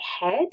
head